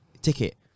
ticket